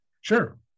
Sure